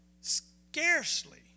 scarcely